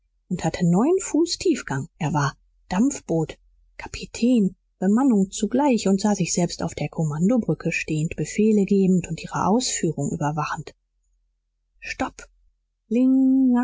und hatte neun fuß tiefgang er war dampfboot kapitän bemannung zugleich und sah sich selbst auf der kommandobrücke stehend befehle gebend und ihre ausführung überwachend stopp ling